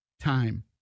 time